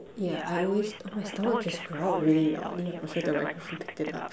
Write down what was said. yeah I always oh my stomach just growled really loudly I'm sure the microphone picked it up